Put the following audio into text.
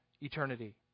eternity